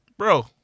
Bro